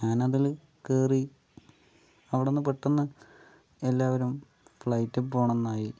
ഞാനതിൽ കയറി അവിടുന്നു പെട്ടന്ന് എല്ലാവരും ഫ്ലൈറ്റിൽ പോവണമെന്നായി